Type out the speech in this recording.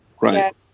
Right